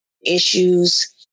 issues